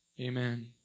Amen